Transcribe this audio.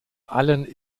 allen